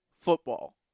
football